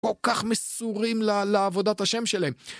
כל כך מסורים לעבודת השם שלהם.